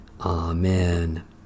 Amen